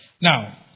Now